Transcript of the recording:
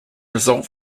result